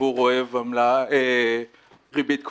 שהציבור אוהב ריבית קבועה.